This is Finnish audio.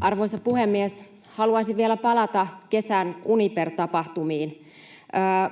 Arvoisa puhemies! Haluaisin vielä palata kesän Uniper-tapahtumiin.